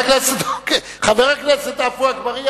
חבר הכנסת עפו אגבאריה,